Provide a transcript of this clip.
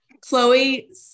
Chloe